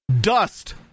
Dust